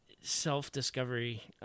self-discovery